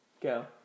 Go